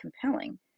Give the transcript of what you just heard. compelling